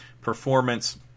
performance